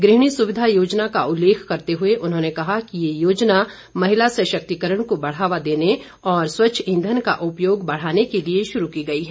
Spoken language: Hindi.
गृहिणी सुविधा योजना का उल्लेख करते हुए उन्होंने कहा कि ये योजना महिला सशक्तिकरण को बढ़ावा देने और स्वच्छ ईंधन का उपयोग बढ़ाने के लिए शुरू की गई है